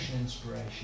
inspiration